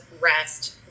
rest